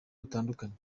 butandukanye